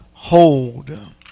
Hold